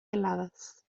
heladas